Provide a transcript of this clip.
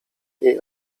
jej